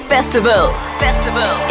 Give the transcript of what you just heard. Festival